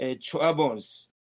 troubles